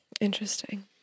Interesting